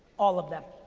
all of them.